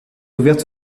ouverte